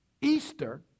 Easter